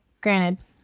granted